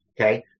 Okay